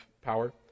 power